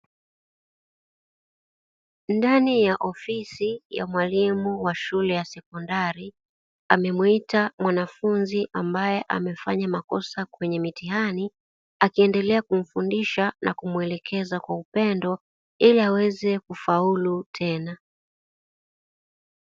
Ndani ya ofisi ya mwalimu wa shule ya sekondari amemwita mwanafunzi ambaye amefanya makosa kwenye mitihani akiendelea kumfundisha na kumuelekeza kwa upendo ili aweze kufaulu tena.